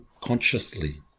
consciously